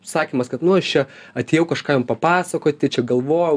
sakymas kad nu aš čia atėjau kažkam papasakoti čia galvojau